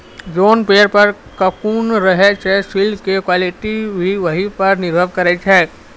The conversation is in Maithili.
जोन पेड़ पर ककून रहै छे सिल्क के क्वालिटी भी वही पर निर्भर करै छै